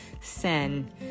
sin